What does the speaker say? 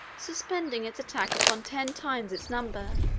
suspending its attack upon ten times its number,